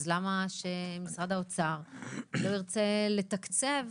אז למה שמשרד האוצר לא ירצה לתקצב